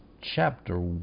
chapter